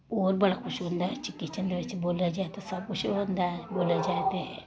होर बड़ा कुछ होंदा ऐ किचन दे बिच्च बोलेआ जाए ते सब कुछ होंदा ऐ बोलेआ जाए ते